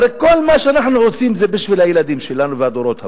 הרי כל מה שאנחנו עושים זה בשביל הילדים שלנו והדורות הבאים.